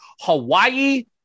Hawaii